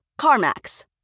CarMax